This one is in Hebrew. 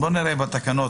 תומר,